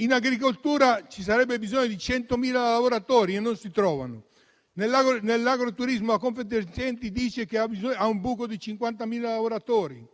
In agricoltura ci sarebbe bisogno di 100.000 lavoratori, che non si trovano. Nell'agroturismo, la Confesercenti riferisce di un buco di 50.000 lavoratori.